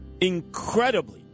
Incredibly